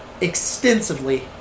extensively